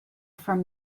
from